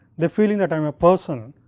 the feeling that i am a person.